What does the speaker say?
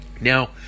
Now